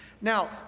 Now